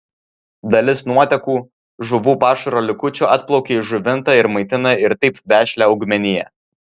dalis nuotekų žuvų pašaro likučių atplaukia į žuvintą ir maitina ir taip vešlią augmeniją